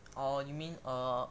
oh you mean err